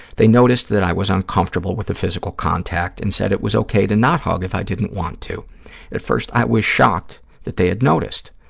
they noticed that i was uncomfortable with the physical contact and said it was okay to not hug if i didn't want. at first i was shocked that they had noticed.